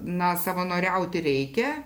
na savanoriauti reikia